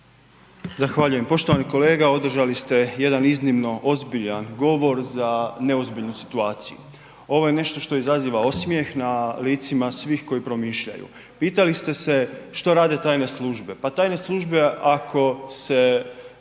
Zahvaljujem poštovani kolega. Održali ste jedan iznimno ozbiljan govor za neozbiljnu situaciju. Ovo je nešto što izaziva osmijeh na licima svih koji promišljaju. Pitali ste se što rade tajne službe. Pa tajne službe, ako se